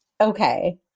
Okay